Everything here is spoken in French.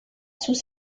sous